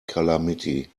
calamity